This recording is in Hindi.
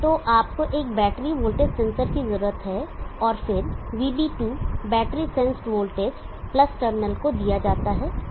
तो आपको एक बैटरी वोल्टेज सेंसर की जरूरत है और फिर Vb2 battery sensed voltage terminal को दिया जाता है